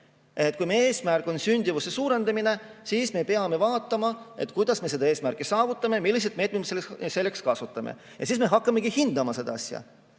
Kui meie eesmärk on sündimuse suurendamine, siis me peame vaatama, kuidas me selle saavutame, milliseid meetmeid me selleks kasutame. Ja siis me hakkamegi hindama seda asja,